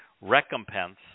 recompense